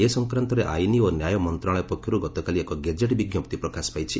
ଏ ସଂକ୍ରାନ୍ତରେ ଆଇନ୍ ଓ ନ୍ୟାୟ ମନ୍ତ୍ରଣାଳୟ ପକ୍ଷର୍ ଗତକାଲି ଏକ ଗେଜେଟ୍ ବିଞ୍ଜପ୍ତି ପ୍ରକାଶ ପାଇଛି